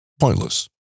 pointless